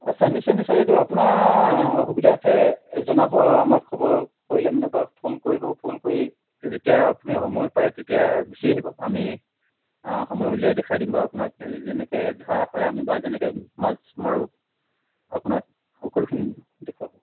আচ্ছা নিশ্চয় নিশ্চয় এইটো আপোনাৰ অসুবিধাৰ্থে জনাব আমাক খবৰ কৰিলে মানে বা ফোন কৰিব ফোন কৰি যেতিয়া আপুনি সময় পায় তেতিয়া গুচি আহিব আমি সময় উলিয়াই দেখাই দিম বাৰু আপোনাক যেনেকৈ ধৰা হয় আমি বা যেনেকৈ মাছ মাৰোঁ আপোনাক সকলোখিনি দেখুৱা হ'ব